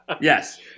Yes